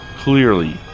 clearly